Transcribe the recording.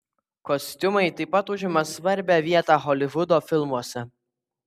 kostiumai taip pat užima svarbią vietą holivudo filmuose